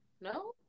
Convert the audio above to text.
No